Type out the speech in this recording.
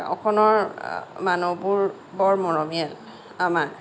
গাঁওখনৰ মানুহবোৰ বৰ মৰমীয়াল আমাৰ